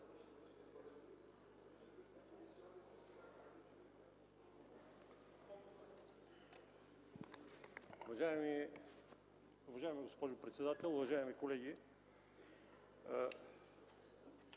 Уважаема госпожо председател, уважаеми колеги,